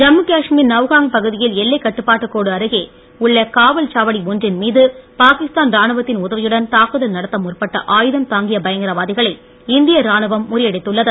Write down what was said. ஜம்மு காஷ்மீர் நவ்காங் பகுதியில் எல்லைக் கட்டுப்பாட்டுக் கோடு அருகே உள்ள காவல் சாவடி ஒன்றின் மீது பாகிஸ்தான் ராணுவத்தின் உதவியுடன் தாக்குதல் நடத்த முற்பட்ட ஆயுதம் தாங்கிய பயங்கரவாதிகளை இந்திய ராணுவம் முறியடித்துள்ளது